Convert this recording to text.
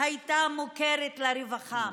הייתה מוכרת לרווחה.